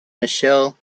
michelle